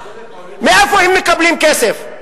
מאיפה הם מקבלים כסף?